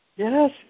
Yes